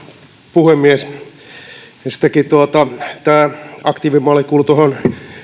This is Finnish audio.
puhemies ensistäänkin tämä aktiivimalli kuuluu tuohon